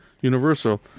Universal